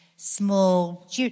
Small